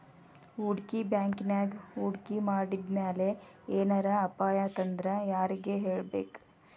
ಹೂಡ್ಕಿ ಬ್ಯಾಂಕಿನ್ಯಾಗ್ ಹೂಡ್ಕಿ ಮಾಡಿದ್ಮ್ಯಾಲೆ ಏನರ ಅಪಾಯಾತಂದ್ರ ಯಾರಿಗ್ ಹೇಳ್ಬೇಕ್?